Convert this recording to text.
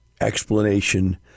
explanation